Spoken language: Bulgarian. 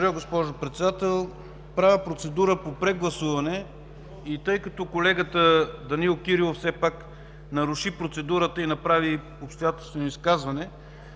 Благодаря, госпожо Председател. Правя процедура по прегласуване и тъй като колегата Данаил Кирилов все пак наруши процедурата и направи обстоятелствено изказване,